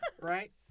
Right